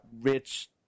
rich